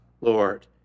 Lord